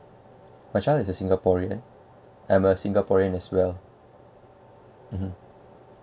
my child is a singaporean I'm a singaporean as well mmhmm